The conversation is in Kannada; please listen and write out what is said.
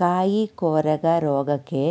ಕಾಯಿ ಕೊರಕ ರೋಗಕ್ಕೆ